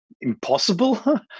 impossible